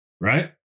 right